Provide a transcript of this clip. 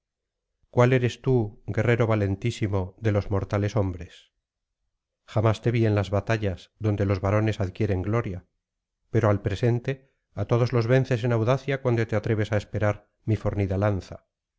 cuál eres tú guerrero valentísimo de los mortales hombres jamás te vi en las batallas donde los varones adquieren gloria pero al presente á todos los vences en audacia cuando te atreves á esperar mi fornida lanza